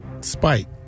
Spike